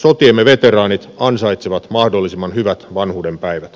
sotiemme veteraanit ansaitsevat mahdollisimman hyvät vanhuudenpäivät